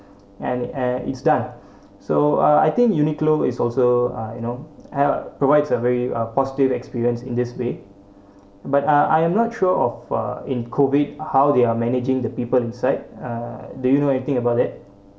and and it's done so uh I think Uniqlo is also uh you know help provides a very a positive experience in this way but uh I am not sure of uh in COVID how they are managing the people inside uh do you know anything about it